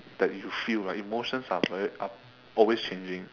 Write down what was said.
that you feel right emotions are very up always changing